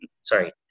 sorry